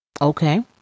Okay